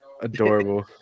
Adorable